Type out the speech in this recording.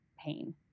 pain